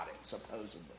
supposedly